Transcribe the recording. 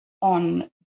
on